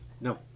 no